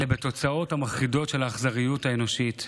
אלא בתוצאות המחרידות של האכזריות האנושית.